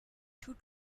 two